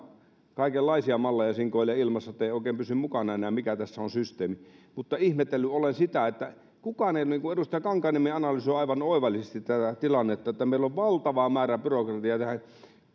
kaikenlaisia malleja sinkoilee ilmassa niin ettei oikein pysy mukana enää mikä tässä on systeemi mutta ihmetellyt olen sitä että kukaan ei ole niin kuin edustaja kankaanniemi analysoi aivan oivallisesti tätä tilannetta meillä on valtava määrä byrokratiaa tähän